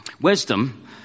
Wisdom